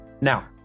now